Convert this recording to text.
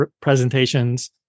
presentations